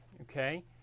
Okay